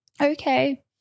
okay